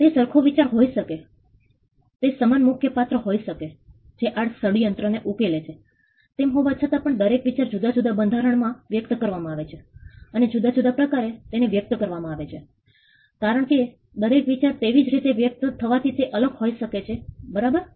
તે સરખો વિચાર હોઈ શકે તે સમાન મુખ્ય પાત્ર હોઈ શકે જે આ ષડયંત્ર ને ઉકેલે છે તેમ હોવા છતાં પણ દરેક વિચાર જુદા જુદા બંધારણ માં વ્યક્ત કરવામાં આવે છે અને જુદા જુદા પ્રકારે તેને વ્યક્ત કરવામાં આવવાના કારણે દરેક વિચાર તેજ રીતે વ્યક્ત થવાથી તે અલગ હોઈ શકે છે બરાબર